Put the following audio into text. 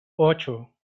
ocho